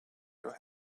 your